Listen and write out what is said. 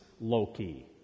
Loki